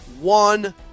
One